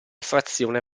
frazione